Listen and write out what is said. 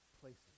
places